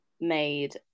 made